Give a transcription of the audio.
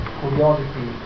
curiosity